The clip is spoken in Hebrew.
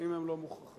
נוכח